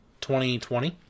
2020